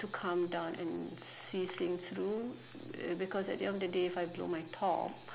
to calm down and see things through uh because at the end of the day if I blow my top